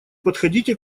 подходите